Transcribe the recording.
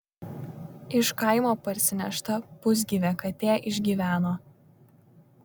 iš kaimo parsinešta pusgyvė katė išgyveno